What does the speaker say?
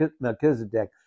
Melchizedek